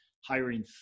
hiring